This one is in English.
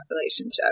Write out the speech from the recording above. relationship